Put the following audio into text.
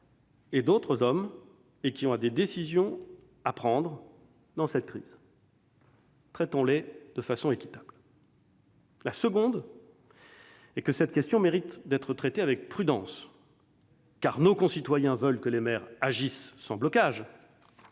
et à qui il incombe de prendre des décisions durant cette crise. Traitons-les de façon équitable. Deuxièmement, cette question mérite d'être traitée avec prudence, car nos concitoyens veulent que les maires agissent sans blocage.